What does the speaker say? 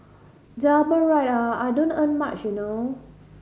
double ride ah I don't earn much you know